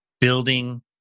building